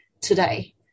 today